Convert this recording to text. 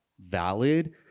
valid